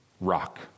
rock